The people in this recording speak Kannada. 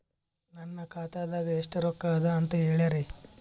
ನನ್ನ ಖಾತಾದಾಗ ಎಷ್ಟ ರೊಕ್ಕ ಅದ ಅಂತ ಹೇಳರಿ?